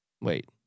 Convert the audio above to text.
Wait